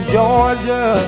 Georgia